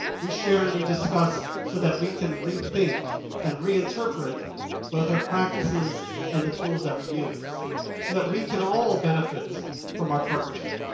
we share and we discuss, so that we can rethink and reinterpret both our practices and the tools that we use so that we can all benefit from our partnership.